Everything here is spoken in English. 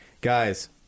Guys